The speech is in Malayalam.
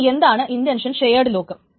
ഇനി എന്താണ് ഇന്റൻഷൻ ഷെയേഡ് ലോക്ക്